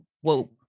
whoa